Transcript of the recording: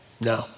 no